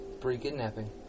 Pre-kidnapping